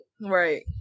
Right